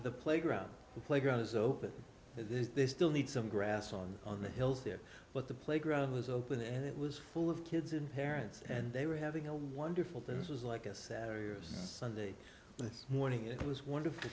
the playground the playground is open they still need some grass on the hills there but the playground was open and it was full of kids and parents and they were having a wonderful this was like a saturday or sunday morning it was wonderful